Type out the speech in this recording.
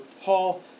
Paul